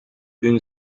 une